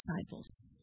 disciples